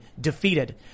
defeated